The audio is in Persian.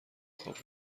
خواب